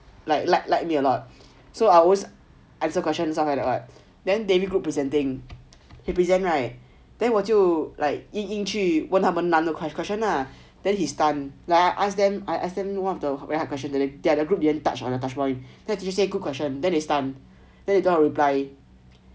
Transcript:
like like like me a lot so I always answer questions then david group presenting he present right then 我就硬硬去问他们难的 question lah then he stun ask them one of the very hard question that the group never touch on then the teacher say good question then they stun don't know how to reply